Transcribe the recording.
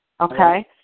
Okay